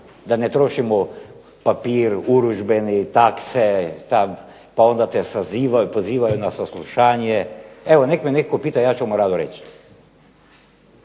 Da ne trošimo papir, urudžbeni, takse pa onda te sazivaju, pozivaju na saslušanje. Evo, nek me netko pita ja ću mu rado reći.